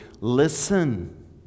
listen